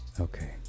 okay